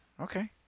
Okay